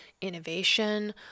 innovation